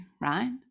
right